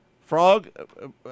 Frog